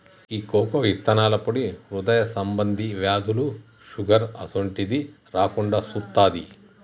గీ cocoa ఇత్తనాల పొడి హృదయ సంబంధి వ్యాధులు, షుగర్ అసోంటిది రాకుండా సుత్తాది